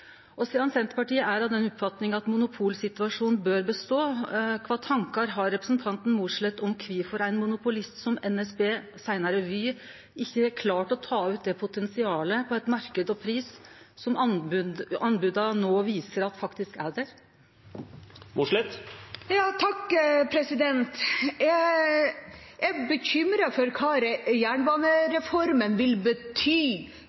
Og sidan Senterpartiet er av den oppfatninga at monopolsituasjonen bør bestå, kva tankar har representanten Mossleth om kvifor ein monopolist som NSB, seinare Vy, ikkje har klart å ta ut det potensialet på ein marknad og pris som anboda no viser at faktisk er der? Jeg er bekymret for hva jernbanereformen vil bety